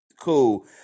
cool